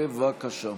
בבקשה.